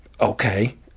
Okay